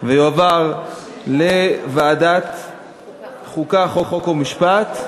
ויועבר לוועדת חוקה, חוק ומשפט.